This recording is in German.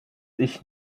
ich